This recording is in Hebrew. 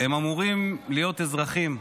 אמורים להיות אזרחים,